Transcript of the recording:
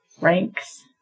ranks